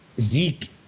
Zeke